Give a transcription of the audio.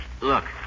Look